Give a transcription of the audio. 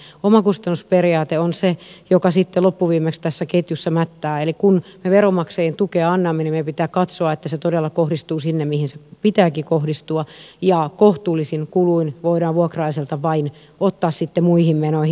omakustannusperiaate on se joka sitten loppuviimeksi tässä ketjussa mättää eli kun me veronmaksajien tukea annamme niin meidän pitää katsoa että se todella kohdistuu sinne mihin sen pitääkin kohdistua ja vain kohtuullisin kuluin voidaan vuokralaiselta ottaa sitten muihin menoihin